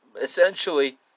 Essentially